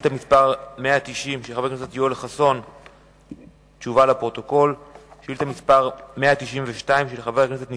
ביום כ"ה בסיוון התשס"ט (17 ביוני 2009): חוזה החכירה של גן